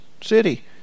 city